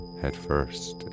headfirst